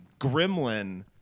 Gremlin